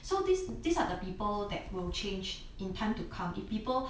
so this these are the people that will change in time to come if people